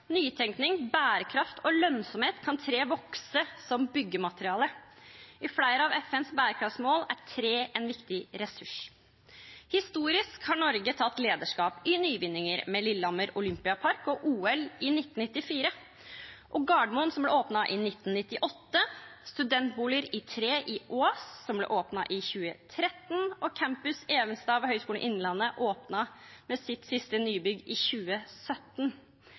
nytenkning, bærekraft og lønnsomhet kan tre vokse som byggemateriale. I flere av FNs bærekraftsmål er tre en viktig ressurs. Historisk har Norge tatt lederskap i nyvinninger – med Lillehammer Olympiapark og OL i 1994, med Gardermoen, som ble åpnet i 1998, med studentboliger i tre på Ås, som ble åpnet i 2013, og med Campus Evenstad ved Høgskolen i Innlandet, som åpnet sitt siste nybygg i 2017.